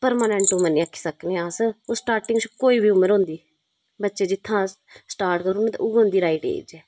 permanent उमर निं आक्खी सकने अस ओह् स्टार्टिंग शा कोई बी उमर होंदी बच्चे जित्थुआं स्टार्ट करी ओड़न उऐ रॉइट एज़ ऐ